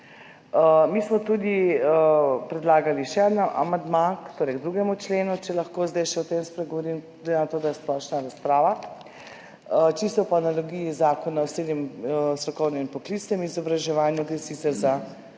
Mi smo predlagali še en amandma, torej k 2. členu, če lahko zdaj še o tem spregovorim glede na to, da je splošna razprava. Čisto po analogiji zakona o srednjem strokovnem in poklicnem izobraževanju, gre sicer za